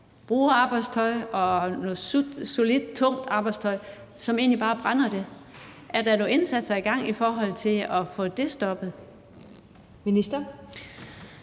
bruger arbejdstøj – solidt, tungt arbejdstøj – som de egentlig bare brænder. Er der nogle indsatser i gang i forhold til at få det stoppet? Kl.